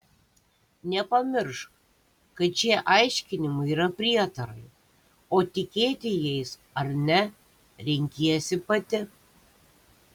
nepamiršk kad šie aiškinimai yra prietarai o tikėti jais ar ne renkiesi pati